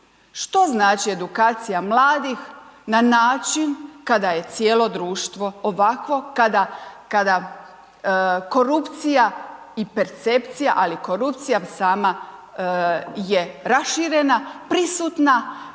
Što znači edukacija mladih na način kada je cijelo društvo ovakvo, kada korupcija i percepcija ali i korupcija sama je raširena, prisutna.